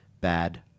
bad